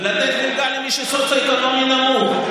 לתת מלגה למי שנמצא במצב סוציו-אקונומי נמוך.